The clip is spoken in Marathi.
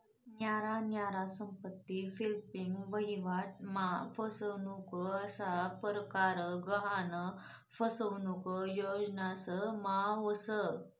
न्यारा न्यारा संपत्ती फ्लिपिंग, वहिवाट मा फसनुक असा परकार गहान फसनुक योजनास मा व्हस